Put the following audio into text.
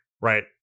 Right